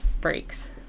breaks